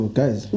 guys